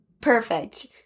perfect